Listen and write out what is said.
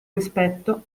rispetto